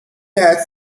has